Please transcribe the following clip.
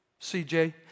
CJ